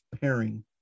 pairing